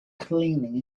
cleaning